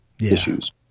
issues